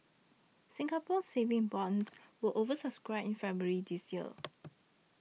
Singapore Saving Bonds were over subscribed in February this year